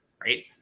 right